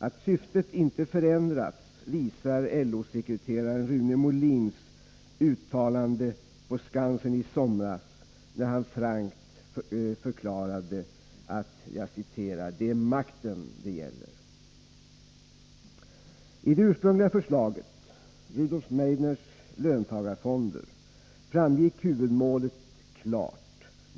Att syftet inte förändrats visar LO-sekreteraren Rune Molins uttalande på Skansen i somras, när han frankt förklarade att ”det är makten det gäller”. I det ursprungliga förslaget, Rudolf Meidners ”Löntagarfonder”, framgick huvudmålet klart.